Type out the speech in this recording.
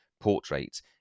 portrait